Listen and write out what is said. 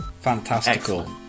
fantastical